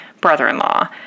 brother-in-law